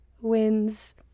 wins